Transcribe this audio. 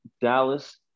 Dallas